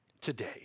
today